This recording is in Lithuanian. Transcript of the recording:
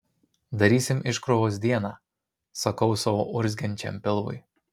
darysim iškrovos dieną sakau savo urzgiančiam pilvui